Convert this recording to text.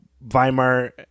Weimar